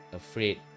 afraid